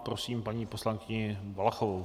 Prosím paní poslankyni Valachovou.